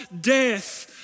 death